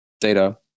data